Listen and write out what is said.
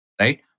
right